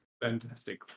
fantastic